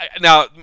now